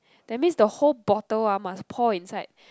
that means the whole bottle ah must pour inside